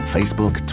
Facebook